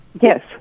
Yes